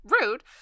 rude